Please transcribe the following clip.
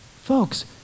Folks